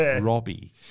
Robbie